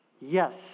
Yes